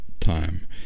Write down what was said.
time